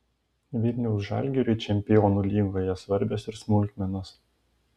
vilniaus žalgiriui čempionų lygoje svarbios ir smulkmenos